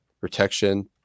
protection